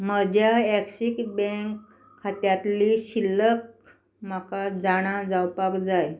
म्हज्या Axis bank खात्यांतली शिल्लक म्हाका जाणा जावपाक जाय